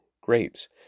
grapes